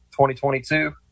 2022